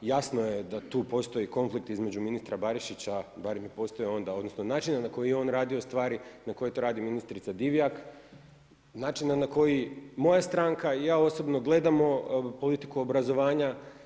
Jasno je da tu postoji konflikt između ministra Barišića, barem je postojao onda, odnosno načina na koji je on radio stvari i na koji to radi ministrica Divjak, načina na koji moja stranka i ja osobno gledamo politiku obrazovanja.